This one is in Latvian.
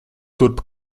turp